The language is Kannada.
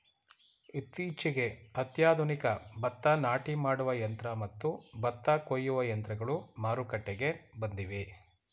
ಇತ್ತೀಚೆಗೆ ಅತ್ಯಾಧುನಿಕ ಭತ್ತ ನಾಟಿ ಮಾಡುವ ಯಂತ್ರ ಮತ್ತು ಭತ್ತ ಕೊಯ್ಯುವ ಯಂತ್ರಗಳು ಮಾರುಕಟ್ಟೆಗೆ ಬಂದಿವೆ